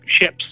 ships